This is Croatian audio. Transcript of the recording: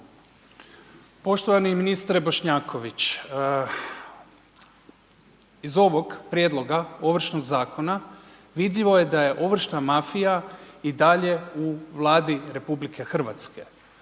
Poštovani ministre Bošnjaković, iz ovog prijedloga Ovršnog zakona vidljivo je da je ovršna mafija i dalje u Vladi RH.